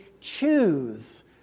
choose